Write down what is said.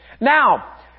Now